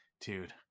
dude